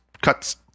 cuts